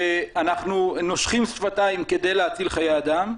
ואנחנו נושכים שפתיים כדי להציל חיי אדם,